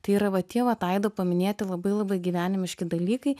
tai yra va tie vat aido paminėti labai labai gyvenimiški dalykai